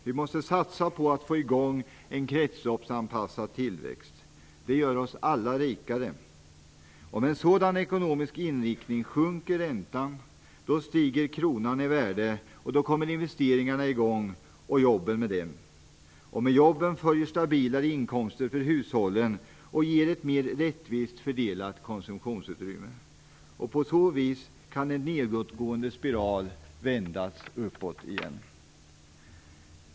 Vi måste satsa på att få i gång en kretsloppsanpassad tillväxt. Det gör oss alla rikare. Med en sådan ekonomisk inriktning sjunker räntan, stiger kronan i värde, kommer investeringarna i gång och jobben med dem. Med jobben följer stabilare inkomster för hushållen vilket ger ett mer rättvist fördelat konsumtionsutrymme. På så vis kan en nedåtgående spiral vändas uppåt igen.